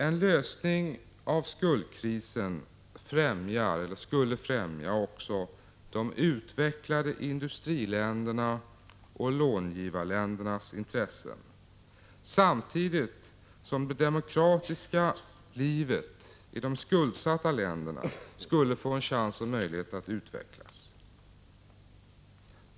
En lösning av skuldkrisen skulle främja även de utvecklade 139 industriländernas och långivarländernas intressen, samtidigt som det demokratiska livet i de skuldsatta länderna skulle få en möjlighet att utvecklas.